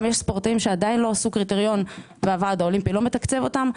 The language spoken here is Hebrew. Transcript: יש ספורטאים שעדיין לא עשו קריטריון והוועד האולימפי לא מתקצב אותם.